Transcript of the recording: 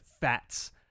Fats